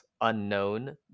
unknown